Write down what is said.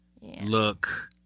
look